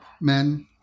men